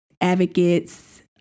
advocates